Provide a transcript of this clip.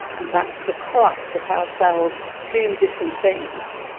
and that's the crux of how cells do different things.